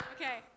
Okay